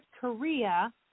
Korea